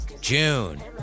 June